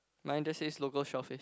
mine just says local shellfish